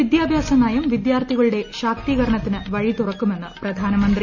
പുതിയ വിദ്യാഭ്യാസിന്നയ്ക വിദ്യാർഥികളുടെ ശാക്തീകരണത്തിന് ്വഴി തുറക്കുമെന്ന് പ്രധാനമന്ത്രി